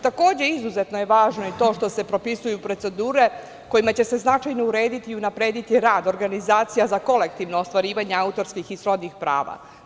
Takođe, izuzetno je važno i to što se propisuju procedure kojima će se značajno urediti i unaprediti rad organizacija za kolektivno ostvarivanje autorskih i srodnih prava.